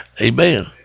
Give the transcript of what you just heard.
Amen